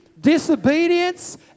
disobedience